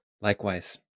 Likewise